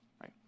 right